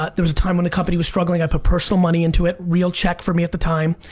ah there was a time when a company was struggling, i put personal money into it, real cheque for me at the time,